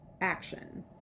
action